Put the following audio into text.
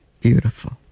beautiful